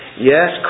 Yes